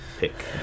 pick